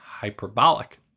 hyperbolic